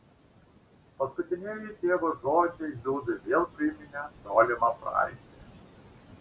paskutinieji tėvo žodžiai liudui vėl priminė tolimą praeitį